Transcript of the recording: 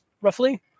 roughly